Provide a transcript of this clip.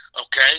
okay